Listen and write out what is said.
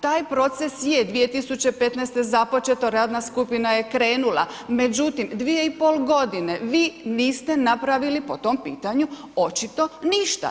Taj proces je 2015. započeto, radna skupina je krenula, međutim 2,5 godine vi niste napravili po tom pitanju očito ništa.